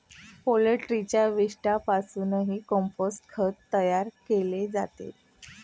पोल्ट्रीच्या विष्ठेपासूनही कंपोस्ट खत तयार केले जाते